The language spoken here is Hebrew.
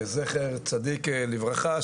זכר צדיק לברכה,